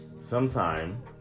sometime